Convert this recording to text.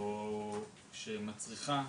או שמצריכה